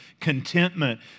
contentment